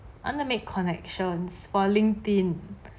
I wanna make connections for LinkedIn